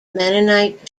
mennonite